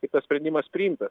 ir tas sprendimas priimtas